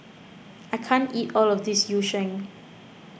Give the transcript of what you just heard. I can't eat all of this Yu Sheng